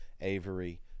Avery